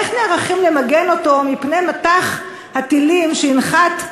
איך נערכים למגן אותו מפני מטח הטילים שינחת,